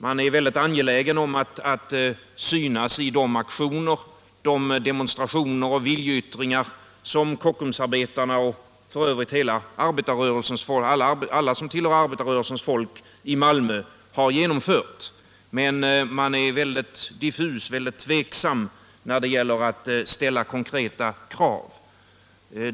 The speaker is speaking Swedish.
Man är väldigt angelägen om att synas i de aktioner, demonstrationer och viljeyttringar som Kockumsarbetarna och f. ö. alla som tillhör arbetarrörelsens folk i Malmö genomför, men man är mycket tveksam när det gäller att ställa konkreta krav.